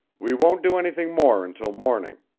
we won't do anything more until morning.